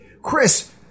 Chris